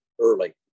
early